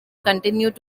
continued